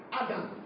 Adam